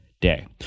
day